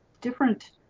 different